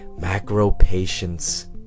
Macro-patience